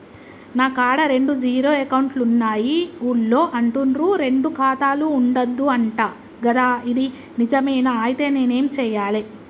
నా కాడా రెండు జీరో అకౌంట్లున్నాయి ఊళ్ళో అంటుర్రు రెండు ఖాతాలు ఉండద్దు అంట గదా ఇది నిజమేనా? ఐతే నేనేం చేయాలే?